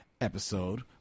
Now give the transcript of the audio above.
episode